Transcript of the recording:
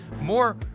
more